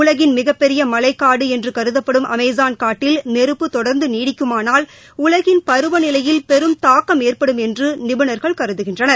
உலகின் மிகப்பெரிய மலைக்காடு என்று கருதப்படும் அமேஸான் காட்டில் நெருப்பு தொடர்ந்து நீடிக்குமானால் உலகின் பருவநிலையில் பெரும் தாக்கம் ஏற்படும் என்று நிபுணர்கள் கருதுகின்றனர்